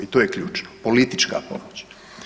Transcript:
I to je ključno, politička pomoć.